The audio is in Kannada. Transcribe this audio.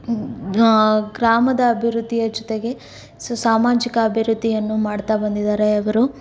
ಗ್ರಾಮದ ಅಭಿವೃದ್ಧಿಯ ಜೊತೆಗೆ ಸೊ ಸಾಮಾಜಿಕ ಅಭಿವೃದ್ಧಿಯನ್ನು ಮಾಡ್ತಾ ಬಂದಿದ್ದಾರೆ ಅವರು